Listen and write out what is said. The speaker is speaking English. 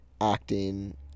acting